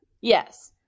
yes